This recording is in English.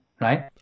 right